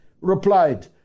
replied